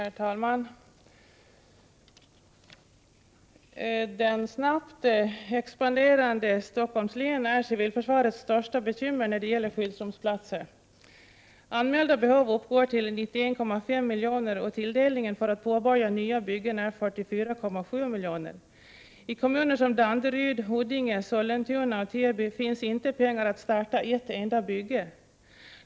Herr talman! Det snabbt expanderande Stockholms län är civilförsvarets största bekymmer när det gäller skyddsrumsplatser. Anmälda behov uppgår till 91,5 milj., och tilldelningen för att påbörja nya byggen är 44,7 milj.kr. I kommuner som Danderyd, Huddinge, Sollentuna och Täby finns inte pengar att starta ett enda bygge.